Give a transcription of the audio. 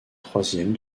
troisième